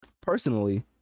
personally